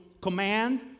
command